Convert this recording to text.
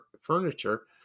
furniture